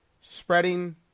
spreading